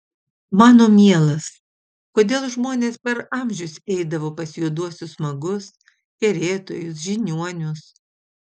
mano mielas kodėl žmonės per amžius eidavo pas juoduosius magus kerėtojus žiniuonius